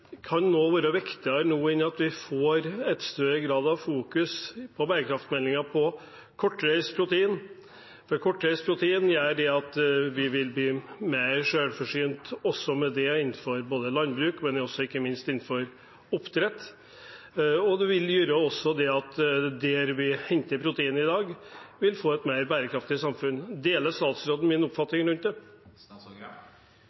Kan noe være viktigere nå enn at vi får et sterkere fokus i bærekraftsmeldingen på kortreist protein? Kortreist protein gjør at vi blir mer selvforsynt innenfor både landbruk og oppdrett. Det vil også gjøre at de områdene vi henter protein fra i dag, vil få mer bærekraftige samfunn. Deler statsråden min